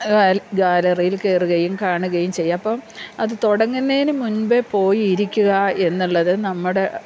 ഗാലറിയിൽ കയറുകയും കാണുകയും ചെയ്യുക അപ്പം അത് തുടങ്ങുന്നതിന് മുമ്പേ പോയി ഇരിക്കുക എന്നുള്ളത് നമ്മുടെ